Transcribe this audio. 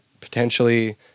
potentially